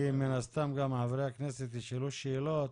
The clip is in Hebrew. כי מן הסתם, חברי הכנסת ישאלו שאלות